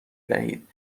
دهید